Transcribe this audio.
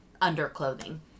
underclothing